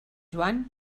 joan